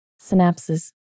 synapses